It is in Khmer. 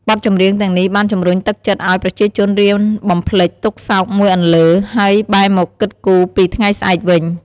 បទចម្រៀងទាំងនេះបានជំរុញទឹកចិត្តឲ្យប្រជាជនរៀនបំភ្លេចទុក្ខសោកមួយអន្លើ ហើយបែរមកគិតគូរពី ថ្ងៃស្អែក វិញ។